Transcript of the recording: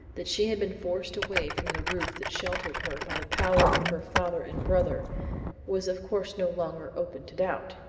that she had been forced away from the roof that sheltered her by the power of her father and brother was of course no longer open to doubt.